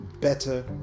better